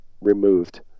removed